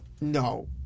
No